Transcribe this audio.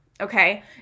okay